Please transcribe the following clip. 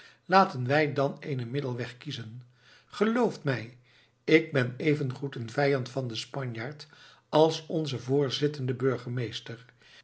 laten wij dan eenen middelweg kiezen gelooft mij ik ben even goed een vijand van den spanjaard als onze voorzittende